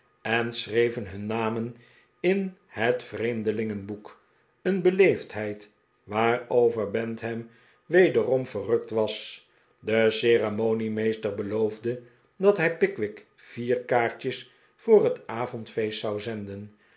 en schreven hun namen in het vreemdelingenboek een beleefdheid waarover bantam wederom verrukt was de ceremoniemeester beloofde dat hij pickwick vier kaartjes voor het avond feest zou zenden